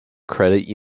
credit